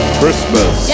Christmas